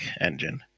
engine